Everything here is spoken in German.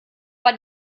war